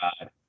God